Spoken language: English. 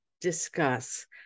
discuss